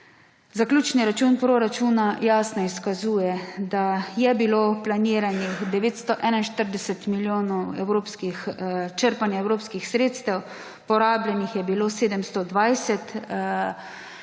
zaključni račun proračuna jasno izkazuje, da je bilo planiranih 941 milijonov črpanja evropskih sredstev, porabljenih je bilo 720 milijonov,